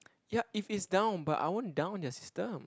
yup if it's down but I won't down your system